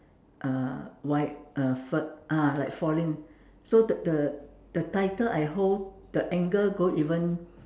uh why uh f~ ah like falling the tighter I hold the angle go even